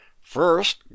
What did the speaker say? First